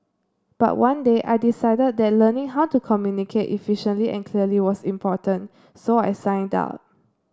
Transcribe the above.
but one day I decided that learning how to communicate efficiently and clearly was important so I signed up